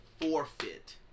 forfeit